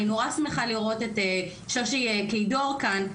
אני שמחה לראות את שושי כידור כאן,